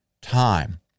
time